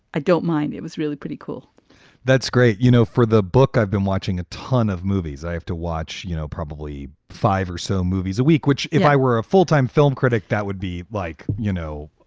i don't mind. it was really pretty cool that's great. you know, for the book, i've been watching a ton of movies. i have to watch, you know, probably five or so movies a week, which if i were a full time film critic, that would be like, you know,